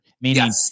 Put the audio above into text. meaning